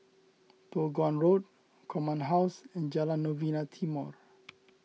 Toh Guan Road Command House and Jalan Novena Timor